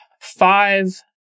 five